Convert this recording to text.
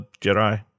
Jedi